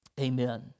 Amen